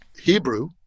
Hebrew